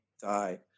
die